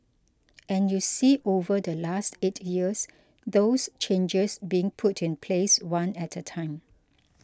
and you see over the last eight years those changes being put in place one at a time